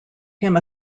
him